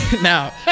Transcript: Now